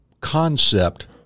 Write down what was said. concept